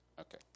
Okay